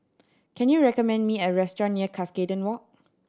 can you recommend me a restaurant near Cuscaden Walk